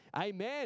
Amen